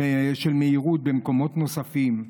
במקומות נוספים.